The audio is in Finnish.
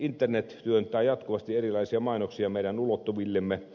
internet työntää jatkuvasti erilaisia mainoksia meidän ulottuvillemme